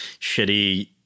shitty